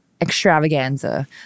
extravaganza